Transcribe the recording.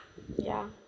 ya